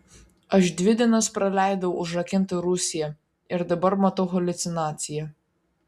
aš dvi dienas praleidau užrakinta rūsyje ir dabar matau haliucinaciją